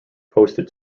posted